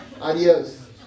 Adios